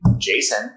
Jason